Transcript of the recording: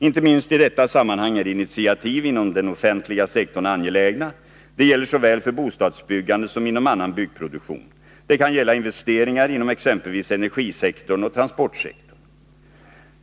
Inte minst i detta sammanhang är initiativ inom den offentliga sektorn angelägna. Det gäller såväl för bostadsbyggande som inom annan byggproduktion. Det kan gälla investeringar inom exempelvis energisektorn och transportsektorn.